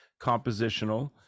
compositional